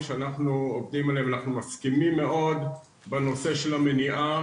אנחנו מסכימים מאוד בנושא של המניעה,